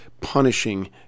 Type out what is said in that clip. punishing